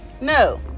no